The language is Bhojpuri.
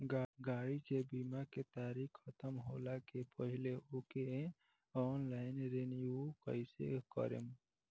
गाड़ी के बीमा के तारीक ख़तम होला के पहिले ओके ऑनलाइन रिन्यू कईसे करेम?